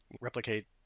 replicate